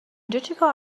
چیکار